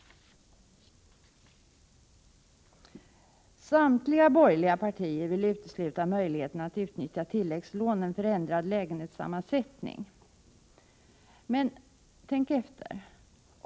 Samtliga borgerliga partier vill utesluta möjligheten att utnyttja tilläggslånen till kostnader för ändrad lägenhetssammansättning. Men tänk efter!